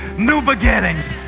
new beginnings.